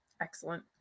Excellent